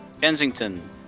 Kensington